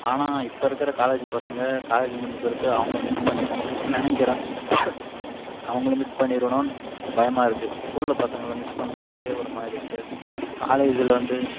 ஆனால் இப்போ இருக்கிற காலேஜ் பசங்க காலேஜ் முடிஞ்ச பிறகு அவங்கள மிஸ் பண் நினைக்குறன் அவங்கள மிஸ் பண்ணிருவோனோன் பயமாகருக்கு ஸ்கூலில் பசங்களை மிஸ் பண்ணுறதுகே ஒரு மாதிரி இருக்குது காலேஜில் வந்து